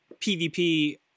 PvP